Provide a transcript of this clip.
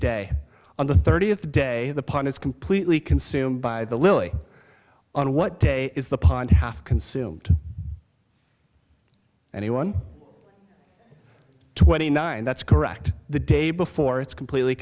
day on the thirtieth day the pond is completely consumed by the lily on what day is the pond consumed anyone twenty nine that's correct the day before it's completely